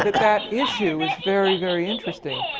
that issue is very, very interesting.